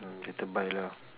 mm later buy lah